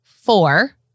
four